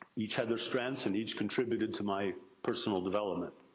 each had their strengths, and each contributed to my personal development.